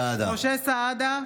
סעדה,